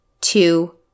two